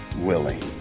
willing